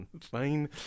Fine